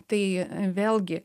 tai vėlgi